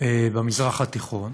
במזרח התיכון.